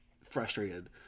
frustrated